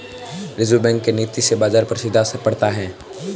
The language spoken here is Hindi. रिज़र्व बैंक के नीति से बाजार पर सीधा असर पड़ता है